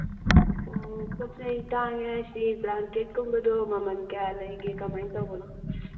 ꯑꯣ ꯄꯣꯠ ꯆꯩ ꯇꯥꯡꯉꯦ ꯍꯥꯏꯁꯤ ꯕ꯭ꯂꯥꯡꯀꯦꯠꯀꯨꯝꯕꯗꯣ ꯃꯃꯜ ꯀꯌꯥ ꯂꯩꯒꯦ ꯀꯃꯥꯏꯅ ꯇꯧꯕꯅꯣ